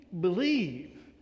believe